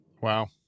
Wow